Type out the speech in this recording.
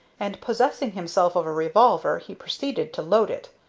and, possessing himself of a revolver, he proceeded to load it.